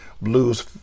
blues